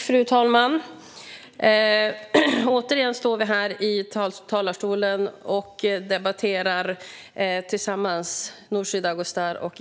Fru talman! Återigen står Nooshi Dadgostar och jag här i talarstolen och debatterar tillsammans.